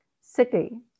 city